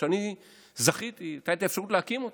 הם גם מיישמים אותה.